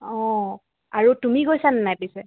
অ' আৰু তুমি গৈছান নাই পিছে